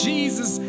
Jesus